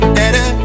better